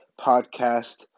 podcast